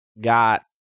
got